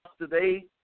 today